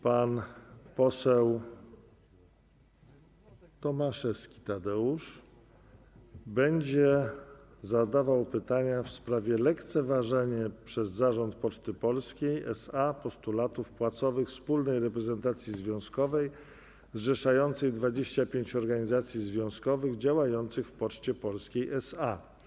Pan poseł Tadeusz Tomaszewski, klub parlamentarny Lewica, będzie zadawał pytania w sprawie lekceważenia przez Zarząd Poczty Polskiej SA postulatów płacowych wspólnej reprezentacji związkowej zrzeszającej 25 organizacji związkowych działających w Poczcie Polskiej SA.